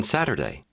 Saturday